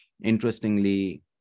Interestingly